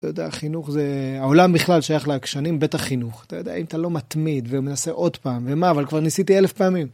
אתה יודע, חינוך זה... העולם בכלל שייך לעקשנים, בטח חינוך. אתה יודע, אם אתה לא מתמיד ומנסה עוד פעם, ומה, אבל כבר ניסיתי אלף פעמים.